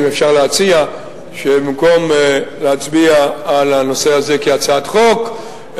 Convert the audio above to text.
אם אפשר להציע שבמקום להצביע על הנושא הזה כהצעת חוק,